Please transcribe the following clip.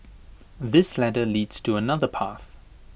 this ladder leads to another path